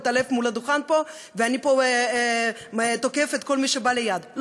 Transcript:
מתעלף מול הדוכן פה ותוקף את כל מי שבא ליד.